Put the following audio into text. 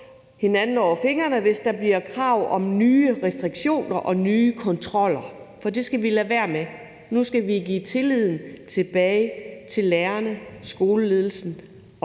hinanden over fingrene, hvis der bliver krav om nye restriktioner og nye kontroller, for det skal vi lade være med. Nu skal vi give tilliden tilbage til lærerne, skoleledelsen og